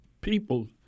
people